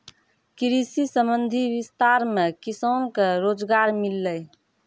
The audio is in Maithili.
कृषि संबंधी विस्तार मे किसान के रोजगार मिल्लै